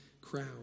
crowd